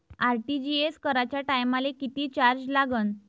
RTGS कराच्या टायमाले किती चार्ज लागन?